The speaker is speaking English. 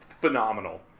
phenomenal